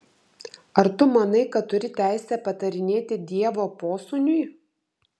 ar tu manai kad turi teisę patarinėti dievo posūniui